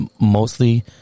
mostly